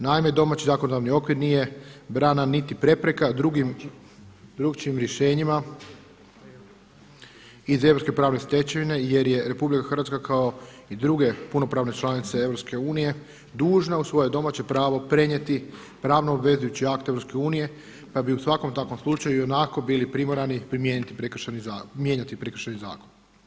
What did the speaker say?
Naime, domaći zakonodavni okvir nije brana niti prepreka drukčijim rješenjima iz europske pravne stečevine jer je RH kao i druge punopravne članice EU dužna u svoje domaće pravo prenijeti pravno obvezujuće akte EU pa bi u svakom takvom slučaju i onako bili primorani mijenjati Prekršajni zakon.